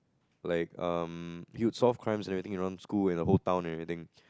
like um you solve crimes and everything around the school and the whole town and everything